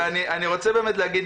ואני רוצה באמת להגיד,